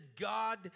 God